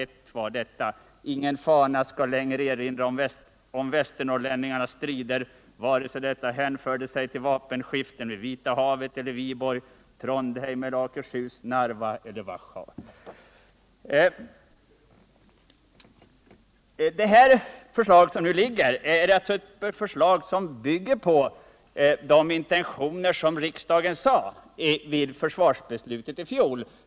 Ett var detta: Ingen fana skall längre erinra om västernorrlänningarnas strider, vare sig dessa hänförde sig till vapenskiften vid ”Vita havet eller Viborg, Trondhjem eller Akershus, Narva eller Warschau”. Det förslag som nu föreligger bygger på de intentioner som riksdagen hade vid försvarsbeslutet i fjol.